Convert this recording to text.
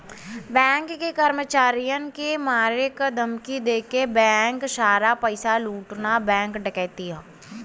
bank के कर्मचारियन के मारे क धमकी देके बैंक सारा पइसा लूटना बैंक डकैती हौ